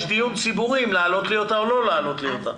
יש דיון ציבורי אם להעלות לי את המשכורת או לא להעלות אותה.